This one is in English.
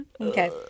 Okay